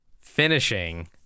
finishing